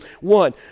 One